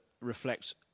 reflect